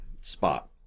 Spot